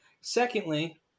Secondly